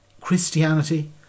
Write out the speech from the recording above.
Christianity